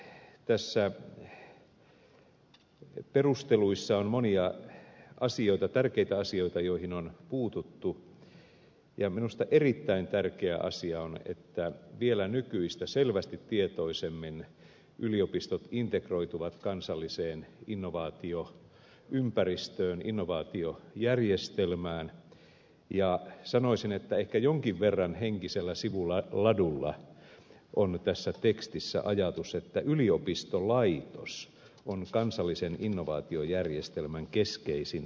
nimittäin näissä perusteluissa on monia tärkeitä asioita joihin on puututtu ja minusta erittäin tärkeä asia on että vielä nykyistä selvästi tietoisemmin yliopistot integroituvat kansalliseen innovaatioympäristöön innovaatiojärjestelmään ja sanoisin että ehkä jonkin verran henkisellä sivuladulla on tässä tekstissä ajatus että yliopistolaitos on kansallisen innovaatiojärjestelmän keskeisin toimija